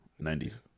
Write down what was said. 90s